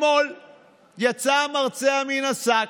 אתמול יצא המרצע מן השק.